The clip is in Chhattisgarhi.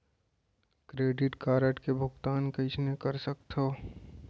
क्रेडिट कारड के भुगतान कईसने कर सकथो?